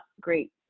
great